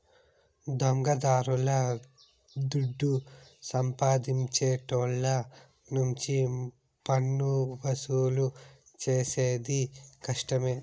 దొంగదారుల దుడ్డు సంపాదించేటోళ్ళ నుంచి పన్నువసూలు చేసేది కష్టమే